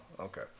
okay